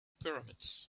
pyramids